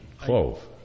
clove